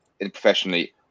professionally